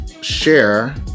share